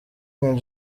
king